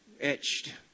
Etched